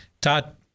Todd